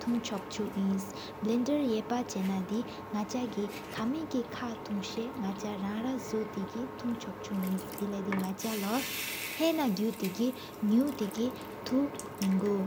ཐག་ཏི་གི་ནག་ཅ་གི་ཨོ་དེ་ཕྱ་ཐེ་ཐུང་། ཆོག་ཆུག་ཨིན་བླན་ཌར་ཧེ་ན་དི་ནག་ཅ་གི་། ཀ་མི་གི་ཁག་ཐུང་ས་ན་ཅ་རང་རར་། ཟོ་ཏེ་གི་ཐུང་ཆོ་ཆུ་ཨིན་དེ་ལའི། ནག་ཅ་ལོ་ཧེན་ན་གུ་ཏེ་གི་ཁ་དེ་ཐུང་མེ་གོ།